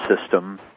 system